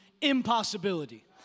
impossibility